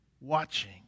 watching